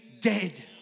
dead